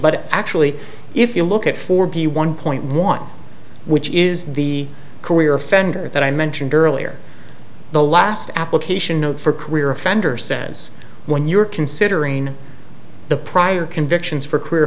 but actually if you look at for be one point one which is the career offender that i mentioned earlier the last application note for career offender says when you're considering the prior convictions for career